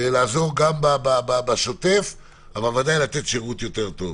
לעזור גם בשוטף אבל בוודאי לתת שירות יותר טוב.